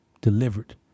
delivered